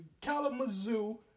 Kalamazoo